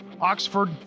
Oxford